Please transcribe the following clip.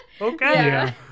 Okay